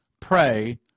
Pray